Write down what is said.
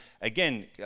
again